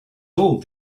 old